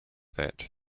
that